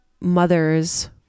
mothers